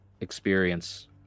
experience